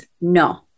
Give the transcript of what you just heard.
no